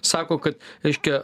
sako kad reiškia